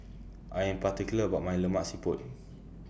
I Am particular about My Lemak Siput